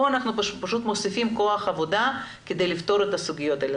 כאן אנחנו פשוט מוסיפים כוח עבודה כדי לפתור את הסוגיות האלה.